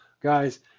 guys